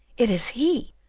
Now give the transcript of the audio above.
it is he!